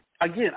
again